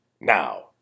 Now